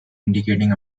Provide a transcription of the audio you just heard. indicating